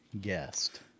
guest